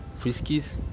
friskies